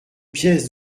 pièce